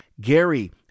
Gary